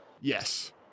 Yes